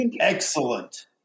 Excellent